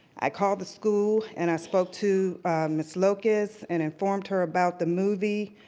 i called the school and i spoke to ms. lucas and informed her about the movie.